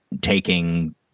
taking